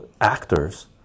actors